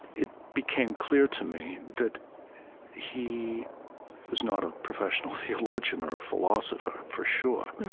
it became clear to me that he was not a professional theologian or a philosopher, for sure.